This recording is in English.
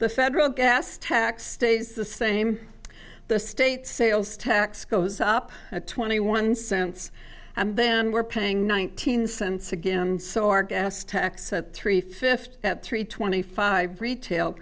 the federal gas tax stays the same the state sales tax goes up twenty one cents and then we're paying nineteen cents again so our gas tax at three fifths at three twenty five retail